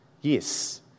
yes